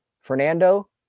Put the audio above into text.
Fernando